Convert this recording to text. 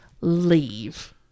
leave